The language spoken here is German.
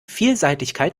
vielseitigkeit